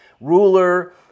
ruler